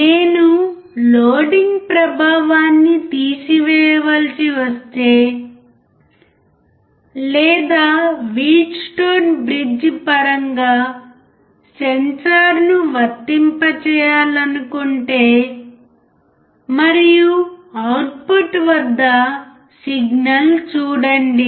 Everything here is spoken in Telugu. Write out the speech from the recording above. నేను లోడింగ్ ప్రభావాన్ని తీసివేయవలసి వస్తే లేదా వీట్స్టోన్ బ్రిడ్జి పరంగా సెన్సార్ను వర్తింపజేయాలనుకుంటే మరియు అవుట్పుట్ వద్ద సిగ్నల్ చూడండి